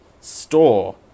store